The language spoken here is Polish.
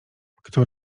kto